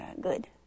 good